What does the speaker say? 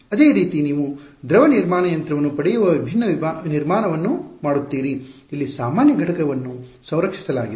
ಅದೇ ರೀತಿ ನೀವು ದ್ರವ ನಿರ್ಮಾಣ ಯಂತ್ರವನ್ನು ಪಡೆಯುವ ವಿಭಿನ್ನ ನಿರ್ಮಾಣವನ್ನು ಮಾಡುತ್ತೀರಿ ಇಲ್ಲಿ ಸಾಮಾನ್ಯ ಘಟಕವನ್ನು ಸಂರಕ್ಷಿಸಲಾಗಿದೆ